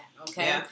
Okay